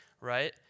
right